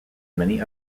many